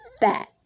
fat